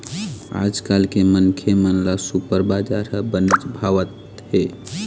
आजकाल के मनखे मन ल सुपर बजार ह बनेच भावत हे